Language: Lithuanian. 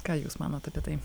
ką jūs manot apie tai